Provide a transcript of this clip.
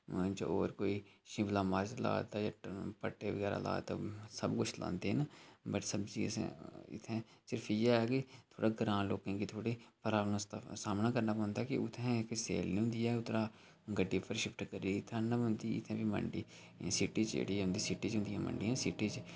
होर कोई शिमला मरच ला दा जां भट्ठे बगैरा ला दा सब कुछ लांदे न बट सब्जी असें इत्थें सिर्फ इ'यै ऐ कि ग्रांऽ थोह्ड़ी प्राब्लम दा सामना करना पौंदा कि उत्थें सेल निं होंदी ऐ उद्धरा गड्डी उप्पर शिफ्ट करियै इत्थें आहननी पौंदी फिर मंडी सिटी च होंदी सिटी च होंदियां मंडियां सिटी च